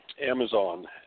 Amazon